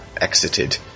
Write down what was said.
exited